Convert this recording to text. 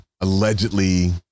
allegedly